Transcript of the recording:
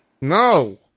No